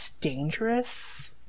dangerous